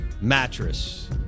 mattress